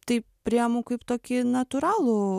taip priemu kaip tokį natūralų